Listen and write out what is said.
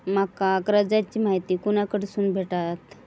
माका कर्जाची माहिती कोणाकडसून भेटात?